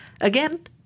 Again